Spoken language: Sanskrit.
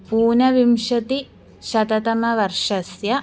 ऊनविंशतिशततमवर्षस्य